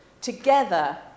Together